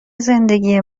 زندگی